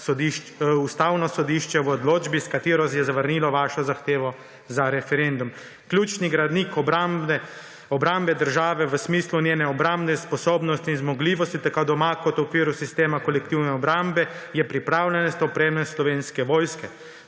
Ustavno sodišče v odločbi, s katero je zavrnilo vašo zahtevo za referendum: »Ključni gradnik obrambe države v smislu njene obrambne sposobnosti in zmogljivosti (tako doma kot v okviru sistema kolektivne obrambe) je pripravljenost in opremljenost Slovenske vojske.